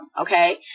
Okay